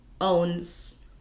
owns